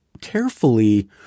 carefully